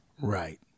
right